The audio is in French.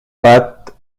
pattes